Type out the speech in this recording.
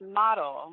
model